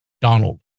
Donald